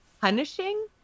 punishing